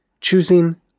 choosing